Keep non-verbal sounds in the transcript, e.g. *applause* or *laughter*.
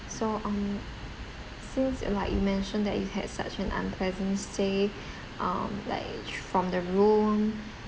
so um since like you mentioned that you had such an unpleasant stay um like *noise* from the room